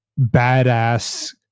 badass